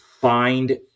find